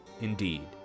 Indeed